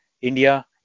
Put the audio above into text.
India